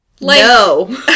No